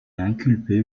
inculpé